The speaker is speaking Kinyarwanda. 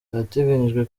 hateganyijwe